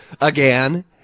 again